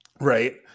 Right